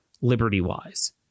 liberty-wise